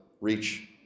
reach